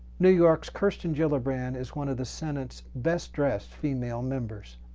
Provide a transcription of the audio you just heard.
new york's kirsten gillibrand is one of the senate's best dressed female members.